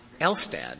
Elstad